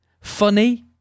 funny